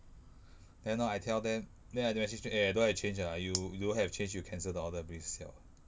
then no I tell them then I don't have ch~ eh I don't have change ah you you don't have change you cancel the order please siao